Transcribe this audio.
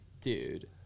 dude